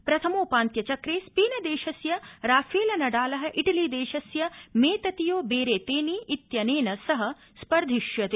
प्रथम उपान्त्य चक्रे स्पेनदेशस्य राफेल नडाल इटलीदेशस्य मेततियो बेरेतेनी इत्यनेन सह स्पर्धिष्यते